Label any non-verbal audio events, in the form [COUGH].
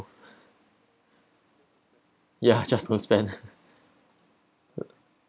ya just for spend [LAUGHS]